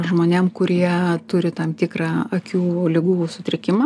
žmonėm kurie turi tam tikrą akių ligų sutrikimą